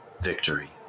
victory